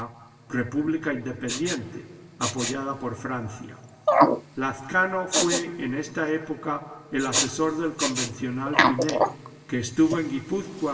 república independiente apoyada por francia lazcano fué en esta época el asesor del convencional pinet que estuvo en